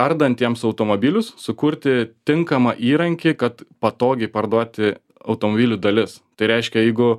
ardantiems automobilius sukurti tinkamą įrankį kad patogiai parduoti automobilių dalis tai reiškia jeigu